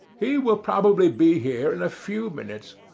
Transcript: he will probably be here in a few minutes.